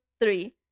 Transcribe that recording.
three